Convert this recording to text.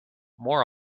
more